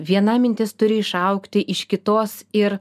viena mintis turi išaugti iš kitos ir